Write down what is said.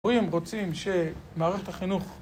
הורים רוצים שמערכת החינוך...